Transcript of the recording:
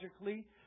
logically